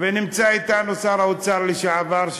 נמצא אתנו שר האוצר לשעבר,